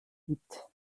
gibt